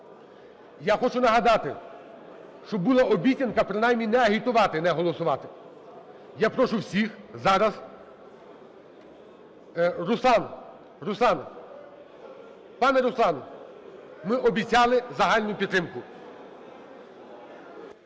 Я хочу нагадати, що була обіцянка принаймні не агітувати не голосувати. Я прошу всіх зараз... Руслан, Руслан, пане Руслан, ми обіцяли загальну підтримку.